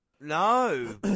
No